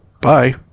Bye